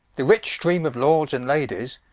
the rich streame of lords, and ladies,